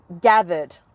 gathered